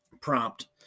Prompt